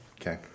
Okay